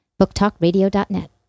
booktalkradio.net